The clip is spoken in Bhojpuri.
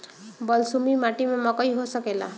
बलसूमी माटी में मकई हो सकेला?